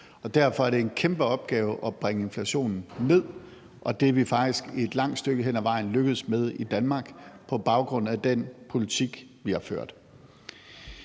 derfor er det en kæmpe opgave at bringe inflationen ned, og det er vi faktisk et langt stykke hen ad vejen lykkedes med i Danmark på baggrund af den politik, vi har ført.